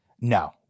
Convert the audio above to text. No